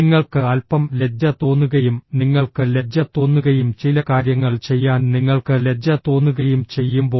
നിങ്ങൾക്ക് അൽപ്പം ലജ്ജ തോന്നുകയും നിങ്ങൾക്ക് ലജ്ജ തോന്നുകയും ചില കാര്യങ്ങൾ ചെയ്യാൻ നിങ്ങൾക്ക് ലജ്ജ തോന്നുകയും ചെയ്യുമ്പോൾ